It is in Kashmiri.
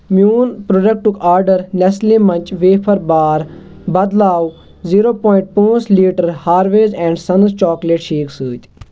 میٛون پرٛوڈکٹُک order Nestle Munch wafer bar بدلاو زیٖرَو پوایِنٛٹ پانٛژھ لیٖٹر ہارویز اینٛڈ سٕنٛز چاکلیٹ شیک سۭتۍ